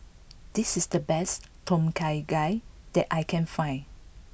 this is the best Tom Kha Gai that I can find